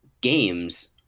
games –